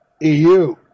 EU